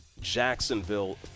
Jacksonville